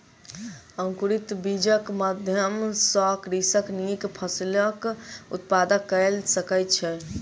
अंकुरित बीजक माध्यम सॅ कृषक नीक फसिलक उत्पादन कय सकै छै